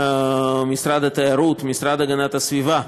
משרד התיירות, המשרד להגנת הסביבה,